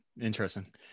Interesting